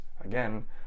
again